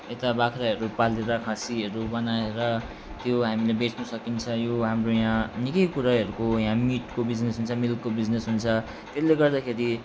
यता बाख्राहरू पालेर खसीहरू बनाएर त्यो हामीले बेच्नु सकिन्छ यो हाम्रो यहाँ निकै कुराहरूको यहाँ मिटको बिजनेस हुन्छ मिल्कको बिजनेस हुन्छ त्यसले गर्दाखेरि